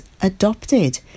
adopted